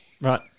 Right